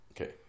Okay